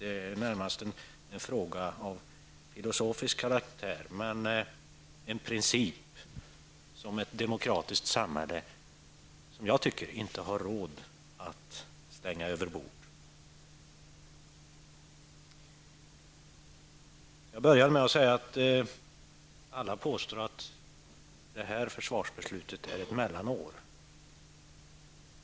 Det är närmast en fråga av filosofisk karaktär, men det är en princip som jag tycker att ett demokratiskt samhälle inte har råd att slänga över bord. Jag började med att säga att alla påstår att det här försvarsbeslutet innebär ett mellanår.